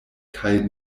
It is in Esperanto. kaj